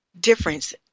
difference